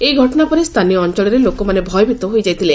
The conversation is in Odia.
ଏହି ଘଟଣା ପରେ ସ୍ଚାନୀୟ ଅଞଳରେ ଲୋକମାନେ ଭୟଭୀତ ହୋଇଯାଇଥିଲେ